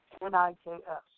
N-I-K-S